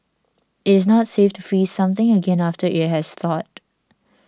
it is not safe to freeze something again after it has thawed